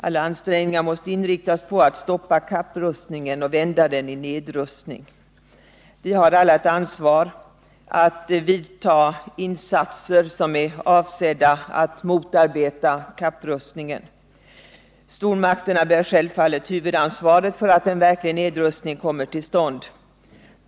Alla ansträngningar måste inriktas på att stoppa kapprustningen och vända den i nedrustning. Vi har alla ett ansvar att vidta åtgärder som är avsedda att motarbeta kapprustningen. Stormakterna bär självfallet huvudansvaret för att en verklig nedrustning kommer till stånd.